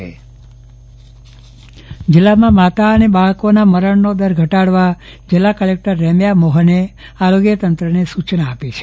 ચંદ્રવદન પદ્ટણી આરોગ્ય સંકલન જીલ્લામાં માતા અને બાળકના મરણનો દર ઘટાડવા જીલ્લા કલેકટર રેમ્યા મોહને આરોગ્ય તંત્રને સુચના આપી છે